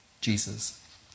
Jesus